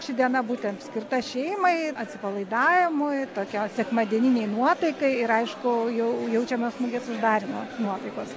ši diena būtent skirta šeimai atsipalaidavimui tokio sekmadieninei nuotaikai ir aišku jau jaučiamas mugės uždarymo nuotaikos